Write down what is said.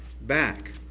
back